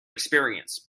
experience